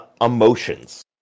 emotions